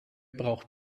braucht